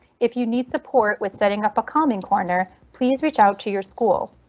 if you need support with setting up a common corner, please reach out to your school.